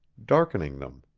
darkening them.